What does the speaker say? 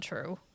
true